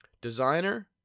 Designer